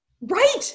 Right